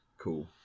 Cool